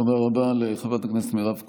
תודה רבה לחברת הכנסת מירב כהן,